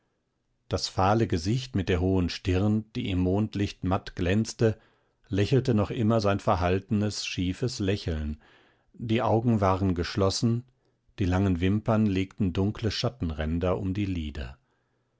das fahle gesicht mit der hohen stirn die im mondlicht matt glänzte lächelte noch immer sein verhaltenes schiefes lächeln die augen waren geschlossen die langen wimpern legten dunkle schattenränder um die lider